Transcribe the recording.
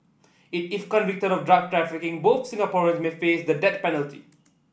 if convicted of drug trafficking both Singaporeans may face the death penalty